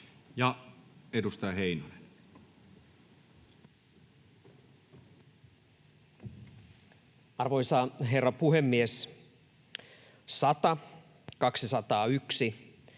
Edustaja Heinonen. Arvoisa herra puhemies! 100, 201,